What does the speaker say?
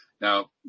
Now